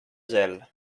gel